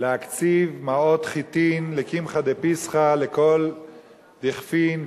להקציב מעות חיטים לקמחא דפסחא לכל דכפין,